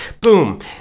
boom